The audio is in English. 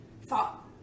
thought